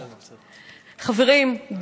חברים,